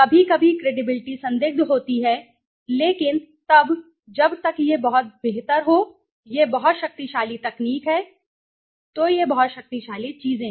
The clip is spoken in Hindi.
कभी कभी क्रेडिबिलिटी संदिग्ध होती है लेकिन तब तक जब तक यह बहुत बेहतर हो यह बहुत शक्तिशाली तकनीक है तो यह कुछ शक्तिशाली चीज़ें हैं